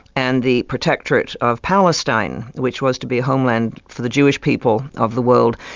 and the protectorate of palestine, which was to be a homeland for the jewish people of the world,